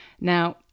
Now